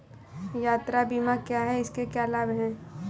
यात्रा बीमा क्या है इसके क्या लाभ हैं?